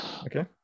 Okay